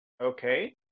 Okay